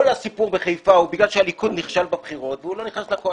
כל הסיפור בחיפה הוא בגלל שהליכוד נכשל בבחירות והוא לא נכנס לקואליציה.